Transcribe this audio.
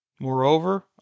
Moreover